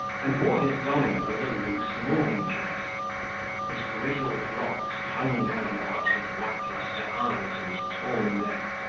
and wore his domino as a loose morning-dress his grizzled locks hung down about his lack-lustre eyes and tawny neck,